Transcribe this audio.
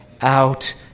out